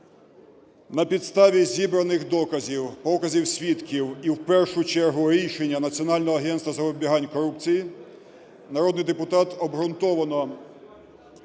На підставі зібраних доказів, показів свідків і, в першу чергу рішення Національного агентства запобігання корупції, народний депутат обґрунтовано може бути